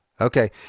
Okay